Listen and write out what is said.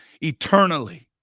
eternally